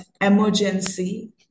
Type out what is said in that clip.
Emergency